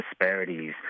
disparities